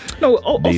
No